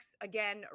again